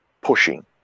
pushing